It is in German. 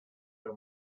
der